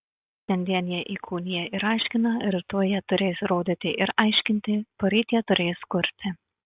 šiandien jie įkūnija ir aiškina rytoj jie turės rodyti ir aiškinti poryt jie turės kurti